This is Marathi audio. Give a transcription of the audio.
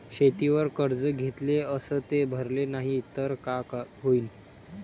शेतीवर कर्ज घेतले अस ते भरले नाही तर काय होईन?